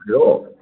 hello